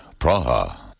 Praha